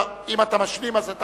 בבקשה, אם אתה משלים אז אתה יכול.